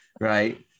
right